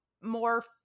more